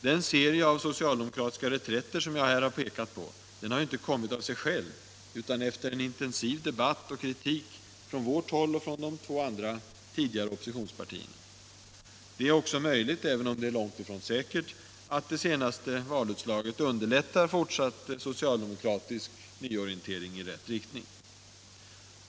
Den serie socialdemokratiska reträtter som jag här har pekat på har ju inte kommit av sig själva utan efter intensiv debatt och kritik från vårt håll och från de två andra tidigare oppositionspartierna. Det är också möjligt — även om det är långt ifrån säkert — att det senaste valutslaget underlättar fortsatt socialdemokratisk nyorientering i rätt riktning.